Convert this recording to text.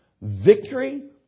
victory